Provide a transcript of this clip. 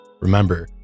Remember